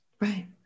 right